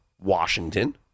Washington